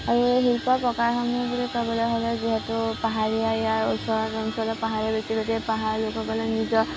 আৰু এই শিল্পৰ প্ৰকাৰসমূহ বুলি ক'বলৈ হ'লে যিহেতু পাহাৰীয়া ইয়াৰ ওচৰৰ পাহাৰৰ লোকসকলে নিজৰ